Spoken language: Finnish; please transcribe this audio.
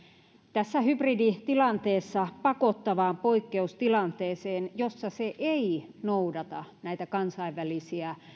tässä hybriditilanteessa pakottavaan poikkeustilanteeseen jossa se ei noudata kansainvälisiä